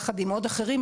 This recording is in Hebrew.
יחד עם עוד אחרים,